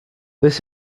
this